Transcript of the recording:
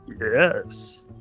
Yes